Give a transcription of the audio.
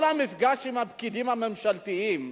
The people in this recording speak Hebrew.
כל המפגש עם הפקידים הממשלתיים,